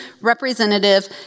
representative